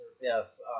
Yes